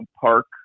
park